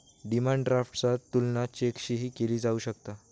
demand ड्राफ्टचा तुलना चेकशीही केला जाऊ शकता